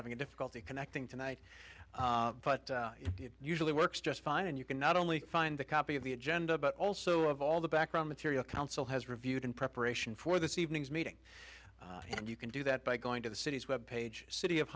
having difficulty connecting tonight but it usually works just fine and you can not only find the copy of the agenda but also of all the background material council has reviewed in preparation for this evening's meeting and you can do that by going to the city's web page city of